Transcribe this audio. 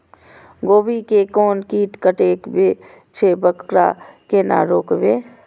गोभी के कोन कीट कटे छे वकरा केना रोकबे?